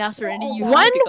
one